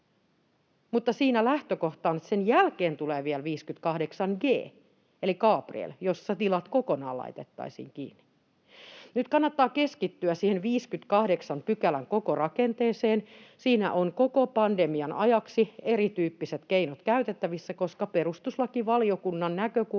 mutta siinä lähtökohta on se, että sen jälkeen tulee vielä 58 g eli Gabriel, jossa tilat laitettaisiin kokonaan kiinni. Nyt kannattaa keskittyä siihen 58 §:n koko rakenteeseen. Siinä on koko pandemian ajaksi erityyppiset keinot käytettävissä, koska perustuslakivaliokunnan näkökulmasta